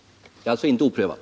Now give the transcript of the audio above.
Medlet är alltså inte oprövat.